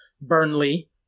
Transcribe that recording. Burnley